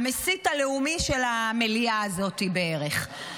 המסית הלאומי של המליאה הזאת בערך.